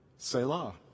Selah